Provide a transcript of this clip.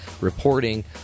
reporting